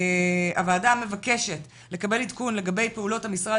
הוועדה מבקשת לקבל עדכון לגבי פעולות המשרד